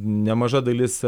nemaža dalis